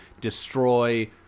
destroy